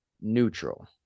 neutral